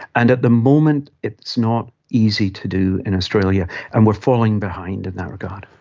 and at the moment it's not easy to do in australia and we are falling behind in that regard.